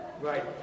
Right